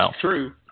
true